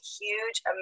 huge